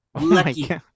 Lucky